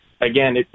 again